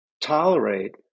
tolerate